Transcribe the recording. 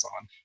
on